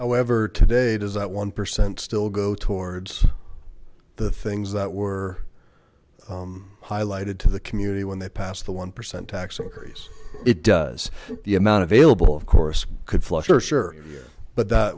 however today does that one percent still go towards the things that were highlighted to the community when they passed the one percent tax on trees it does the amount available of course could flush for sure but